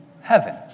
heaven